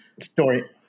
story